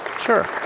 Sure